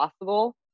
possible